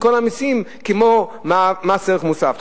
עם כל המסים כמו מס ערך מוסף.